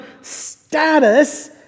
status